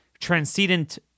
transcendent